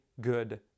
good